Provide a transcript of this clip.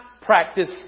practice